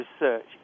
research